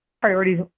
priorities